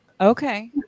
Okay